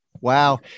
Wow